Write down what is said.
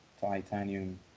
titanium